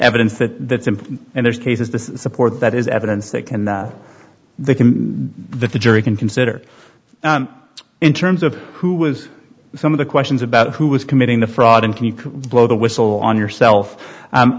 evidence that and there's cases this support that is evidence that can they can the jury can consider in terms of who was some of the questions about who was committing the fraud and can you blow the whistle on yourself